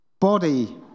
body